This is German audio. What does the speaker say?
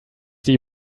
die